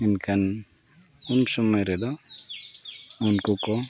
ᱮᱱᱠᱷᱟᱱ ᱩᱱ ᱥᱚᱢᱚᱭ ᱨᱮᱫᱚ ᱩᱱᱠᱩ ᱠᱚ